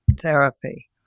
therapy